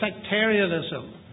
sectarianism